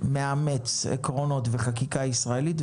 מאמץ עקרונות וחקיקה ישראלית,